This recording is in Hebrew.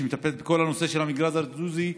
שמטפלת בכל הנושא של המגזר הדרוזי,